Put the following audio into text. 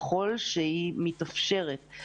ככל שהיא מתאפשרת.